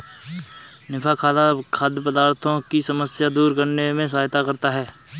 निफा खाद्य पदार्थों की समस्या दूर करने में सहायता करता है